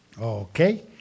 Okay